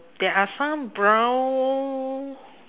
there are some brown